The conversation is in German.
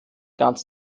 ganz